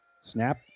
Snap